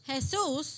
Jesus